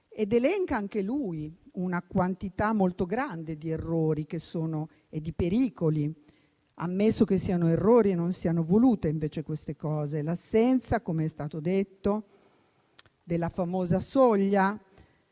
ed elenca anche lui una quantità molto grande di errori e di pericoli, ammesso che siano errori e non siano scelte deliberate, come l'assenza, come è stato detto, della famosa soglia